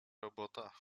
robota